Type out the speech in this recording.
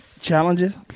challenges